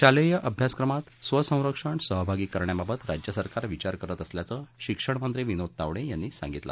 शालप्रअभ्यासक्रमात स्वसंरक्षण सहभागी करण्याबाबत राज्यसरकार विचार करत असल्याचं शिक्षणमंत्री विनोद तावड आंनी सांगितलं